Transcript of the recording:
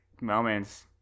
moments